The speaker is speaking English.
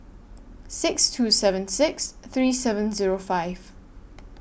six two seven six three seven Zero five